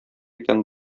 икән